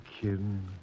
kidding